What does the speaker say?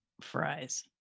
fries